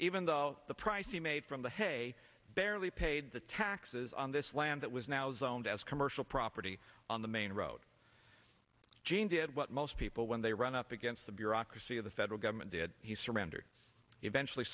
even though the price he made from the hay barely paid the taxes on this land that was now zoned as commercial property on the main road gene what most people when they run up against the bureaucracy of the federal government did he surrendered eventually